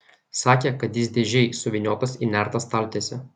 sakė kad jis dėžėj suvyniotas į nertą staltiesę